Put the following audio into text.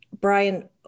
brian